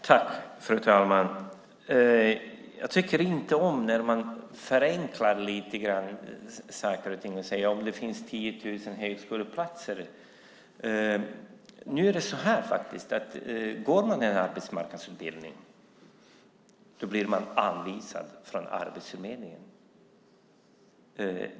Fru talman! Jag tycker inte om när man lite grann förenklar saker och ting och säger att det finns 10 000 högskoleplatser. Går man en arbetsmarknadsutbildning blir man anvisad av Arbetsförmedlingen.